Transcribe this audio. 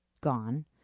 gone